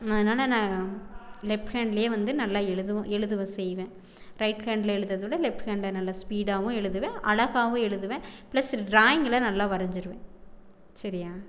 அதனால் நான் லெஃப்ட் ஹேண்ட்லேயே வந்து நல்லா எழுதுவே எழுதவும் செய்வேன் ரைட் ஹேண்ட்டில் எழுதுவத விட லெஃப்ட் ஹேண்ட்டில் நல்லா ஸ்பீடாகவும் எழுதுவேன் அழகாகவும் எழுதுவேன் ப்ளஸ் ட்ராயிங்கெல்லாம் நல்லா வரைஞ்சிடுவேன் சரியா